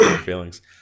feelings